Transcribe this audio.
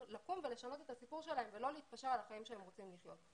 לקום ולשנות את הסיפור שלהם ולא להתפשר על החיים שהם רוצים לחיות.